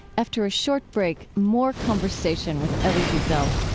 after a short break, more conversation with elie wiesel.